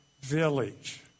village